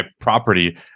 property